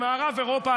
במערב אירופה,